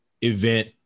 event